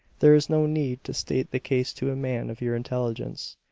there is no need to state the case to a man of your intelligence.